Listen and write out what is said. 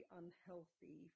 unhealthy